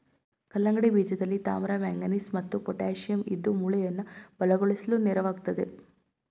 ಕಲ್ಲಂಗಡಿ ಬೀಜದಲ್ಲಿ ತಾಮ್ರ ಮ್ಯಾಂಗನೀಸ್ ಮತ್ತು ಪೊಟ್ಯಾಶಿಯಂ ಇದ್ದು ಮೂಳೆಯನ್ನ ಬಲಗೊಳಿಸ್ಲು ನೆರವಾಗ್ತದೆ